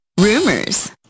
rumors